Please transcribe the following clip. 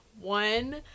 one